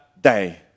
day